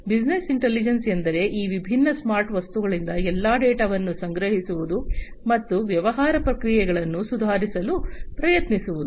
business intelligence ಎಂದರೆ ಈ ವಿಭಿನ್ನ ಸ್ಮಾರ್ಟ್ ವಸ್ತುಗಳಿಂದ ಎಲ್ಲಾ ಡೇಟಾವನ್ನು ಸಂಗ್ರಹಿಸುವುದು ಮತ್ತು ವ್ಯವಹಾರ ಪ್ರಕ್ರಿಯೆಗಳನ್ನು ಸುಧಾರಿಸಲು ಪ್ರಯತ್ನಿಸುವುದು